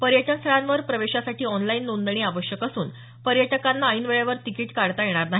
पर्यटनस्थळांवर प्रवेशासाठी ऑनलाईन नोंदणी आवश्यक असून पर्यटकांना ऐन वेळेवर तिकिट काढता येणार नाही